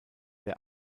der